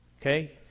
okay